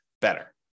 better